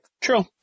True